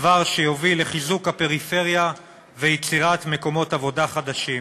דבר שיוביל לחיזוק הפריפריה ויצירת מקומות עבודה חדשים.